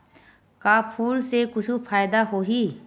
का फूल से कुछु फ़ायदा होही?